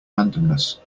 randomness